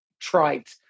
trite